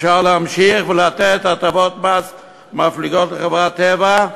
אפשר להמשיך ולתת הטבות מס מפליגות לחברת "טבע"